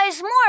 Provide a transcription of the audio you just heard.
more